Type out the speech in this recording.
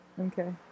Okay